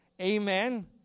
Amen